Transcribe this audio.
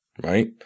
right